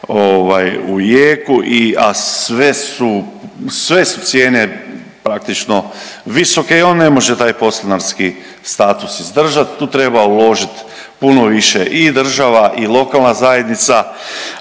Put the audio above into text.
u jeku, a sve su cijene praktično visoke i on ne može taj podstanarski status izdržat. Tu treba uložit puno više i država i lokalna zajednica.